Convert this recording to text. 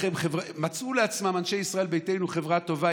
מצאו לעצמם אנשי ישראל ביתנו חברה טובה,